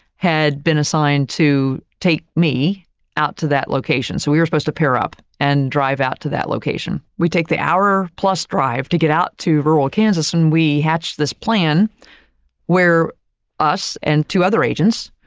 had been assigned to take me out to that location. so, we were supposed to pair up and drive out to that location. we take the hour plus drive to get out to rural kansas, and we hatched this plan where us and two other agents,